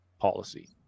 policy